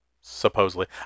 Supposedly